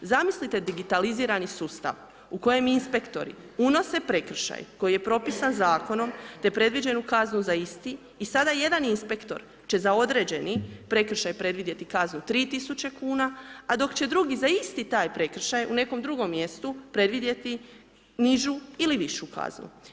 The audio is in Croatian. Zamislite digitalizirani sustav u kojem inspektori unose prekršaj koji je propisan zakonom te predviđenu kaznu za isti i sada jedan inspektor će za određeni prekršaj predvidjeti kaznu 3 tisuće kuna a dok će drugi za isti taj prekršaj u nekom drugom mjestu predvidjeti nižu ili višu kaznu.